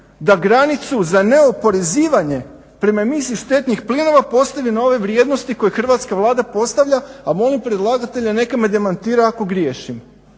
da granicu za neoporezivanje prema emisiji štetnih plinova postave na ove vrijednosti koje hrvatska Vlada postavlja, a molim predlagatelja neka me demantira ako griješim.